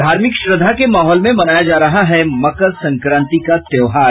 धार्मिक श्रद्वा के माहौल में मनाया जा रहा है मकर संक्रांति का त्योहार